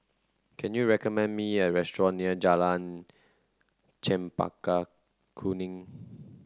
can you recommend me a restaurant near Jalan Chempaka Kuning